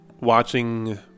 watching